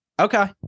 Okay